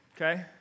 Okay